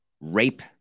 rape